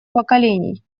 поколений